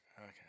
Okay